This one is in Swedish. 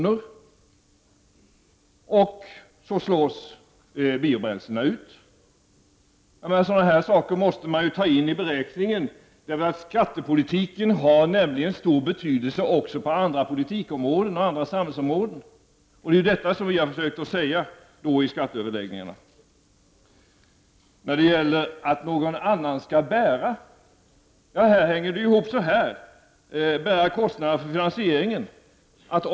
På det sättet slås biobränslena ut. Sådana saker måste man ta in i beräkningen. Skattepo litiken har nämligen stor betydelse också på andra politikområden och samhällsområden. Det är detta vi har försökt att säga i skatteöverläggningarna. När det gäller detta med att någon annan skulle bära kostnaderna för finansieringen vill jag säga följande.